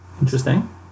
Interesting